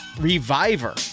reviver